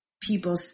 people